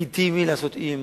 לגיטימי לעשות אי-אמון,